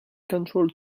controlled